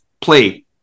play